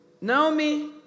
Naomi